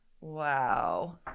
Wow